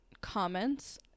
comments